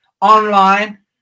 online